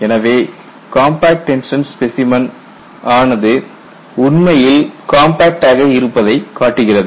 எனவே இது compact tension specimen ஆனது உண்மையில் கம்பாக்ட்டாக இருப்பதைக் காட்டுகிறது